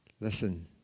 Listen